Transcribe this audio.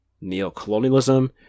neo-colonialism